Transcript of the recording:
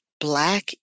Black